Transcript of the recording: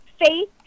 faith